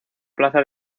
plaza